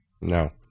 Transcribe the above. No